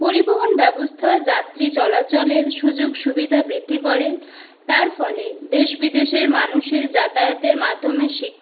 পরিবহন ব্যবস্থা যাত্রী চলাচলের সুযোগ সুবিধা বৃদ্ধি করে তার ফলে দেশবিদেশের মানুষের যাতায়াতের মাধ্যমে শিক্ষা